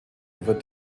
wird